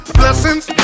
blessings